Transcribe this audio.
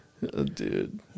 Dude